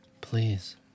please